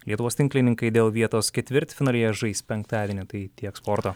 lietuvos tinklininkai dėl vietos ketvirtfinalyje žais penktadienį tai tiek sporto